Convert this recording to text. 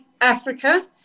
Africa